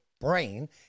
brain